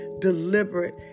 deliberate